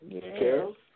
Carol